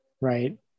right